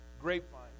grapevine